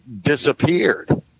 disappeared